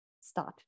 start